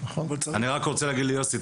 אני רק רוצה להגיד ליוסי,